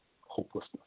hopelessness